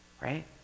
right